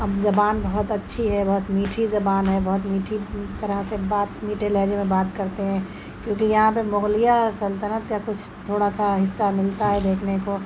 اب زبان بہت اچّھی ہے بہت میٹھی زبان ہے بہت میٹھی طرح سے بات میٹھے لہجے میں بات کرتے ہیں کیونکہ یہاں پہ مُغلیہ سلطنت کا کچھ تھوڑا سا حصّہ ملتا ہے دیکھنے کو